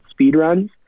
speedruns